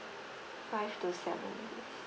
five to seven